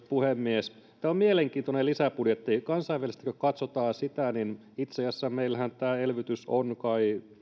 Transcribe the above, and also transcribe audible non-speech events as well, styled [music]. [unintelligible] puhemies tämä on mielenkiintoinen lisäbudjetti kansainvälisesti kun katsotaan niin itse asiassa meillähän tämä elvytys on kai